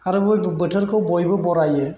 आरो बै बोथोरखौ बयबो बरायो